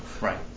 Right